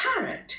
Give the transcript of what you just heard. parrot